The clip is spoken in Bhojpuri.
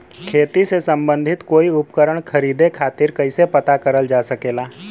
खेती से सम्बन्धित कोई उपकरण खरीदे खातीर कइसे पता करल जा सकेला?